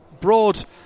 broad